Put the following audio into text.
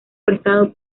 prestado